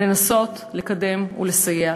לנסות לקדם ולסייע.